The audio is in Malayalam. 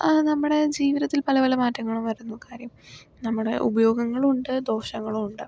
അത് നമ്മുടെ ജീവിതത്തിൽ പല പല മാറ്റങ്ങളും വരുന്നു കാര്യം നമ്മുടെ ഉപയോഗങ്ങളും ഉണ്ട് ദോഷങ്ങളും ഉണ്ട്